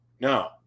No